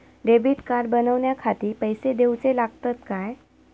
Debit card बनवण्याखाती पैसे दिऊचे लागतात काय?